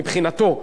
מבחינתו,